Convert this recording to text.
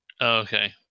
Okay